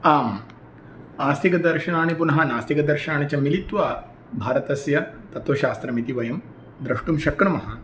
आम् आस्तिकदर्शनानि पुनः नास्तिकदर्शनानि च मिलित्वा भारतस्य तत्वशास्त्रमिति वयं द्रष्टुं शक्नुमः